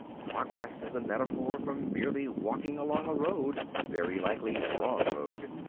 progress is a metaphor from merely walking along a road very likely the wrong road.